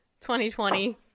2020